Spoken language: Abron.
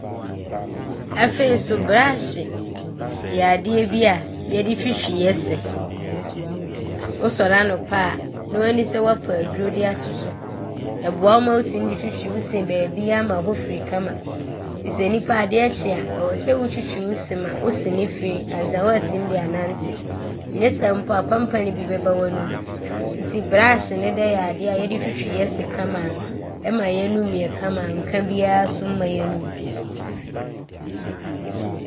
Afei so brɔɔhye yɛ adeɛ bi a yɛde twitwi yɛ se. Wosɔre anɔpa a, noaa di sɛ woapɛ aduro de ato so. Ɔboa wo ma wotim de twitwi wo se baabiaaa ma hɔ firi kama firi sɛ nnipa adeɛ kye a, ɔwɔ sɛ wotwitwi wo se ma wo se no firi ansa woaatim de anante. Nyɛ saa mpo a, pampane bi bɛba w’anom nti brɔɔhye ne deɛ yɛ adeɛ a yɛde twitwi yɛ se kama a ɔma yɛ anom yɛ kama a nka biaa so mma yɛ anom.